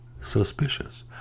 suspicious